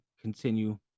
continue